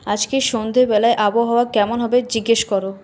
আজকে সন্ধ্যাবেলায় আবহাওয়া কেমন হবে জিজ্ঞেস কর